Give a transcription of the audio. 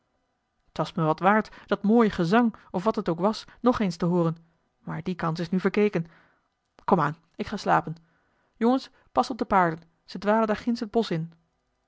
t was me wat waard dat mooie gezang of wat het ook was nog eens te hooren maar die kans is nu verkeken komaan ik ga slapen jongens past op de paarden ze dwalen daar ginds het bosch in